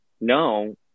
no